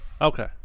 Okay